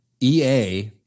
EA